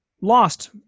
lost